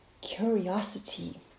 Curiosity